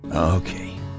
Okay